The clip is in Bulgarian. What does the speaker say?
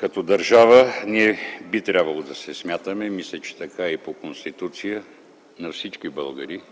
Като държава ние би трябвало да се смятаме, мисля, че така е и по Конституция, на всички българи